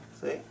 See